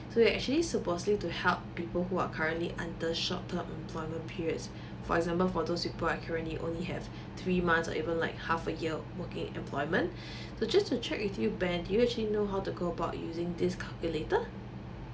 so it actually supposely to help people who are currently under short term employment periods for example for those people are currently only have three months or even like half a year working employment so just to check with you ben do you actually know how to go about using this calculator